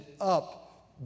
up